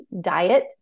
diet